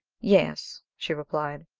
yes, she replied.